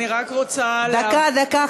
אני רק רוצה, דקה, דקה.